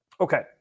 Okay